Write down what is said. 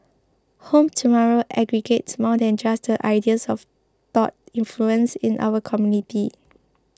Home Tomorrow aggregates more than just the ideas of thought influences in our community